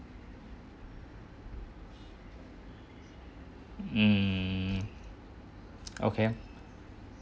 mm okay